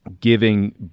giving